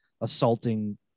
assaulting